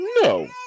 No